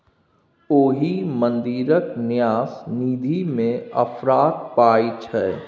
ओहि मंदिरक न्यास निधिमे अफरात पाय छै